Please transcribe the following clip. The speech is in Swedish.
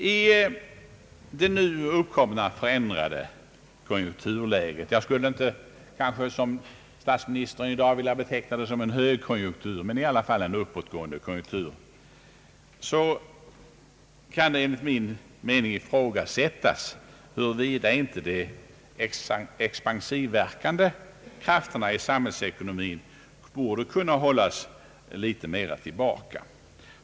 I det nu uppkomna förändrade konjunkturläget — jag skulle inte såsom statsministern i dag vilja beteckna den såsom en högkonjunktur men i alla fall såsom en uppåtgående konjunktur — kan det enligt min mening ifrågasättas, huruvida inte de expansivverkande krafterna i samhällsekonomin borde kunna hållas litet mera tillbaka.